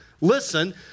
listen